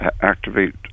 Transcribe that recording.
activate